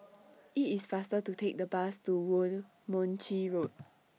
IT IS faster to Take The Bus to Woo Mon Chew Road